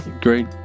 Great